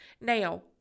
Now